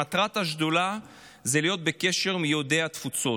מטרת השדולה היא להיות בקשר עם יהודי התפוצות.